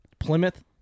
Plymouth